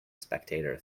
spectator